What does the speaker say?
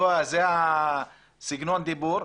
זה סגנון הדיבור,